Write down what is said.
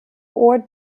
ore